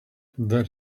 that